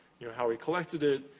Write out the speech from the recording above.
how we collected it,